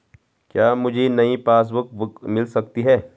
क्या मुझे नयी पासबुक बुक मिल सकती है?